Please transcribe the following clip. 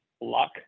luck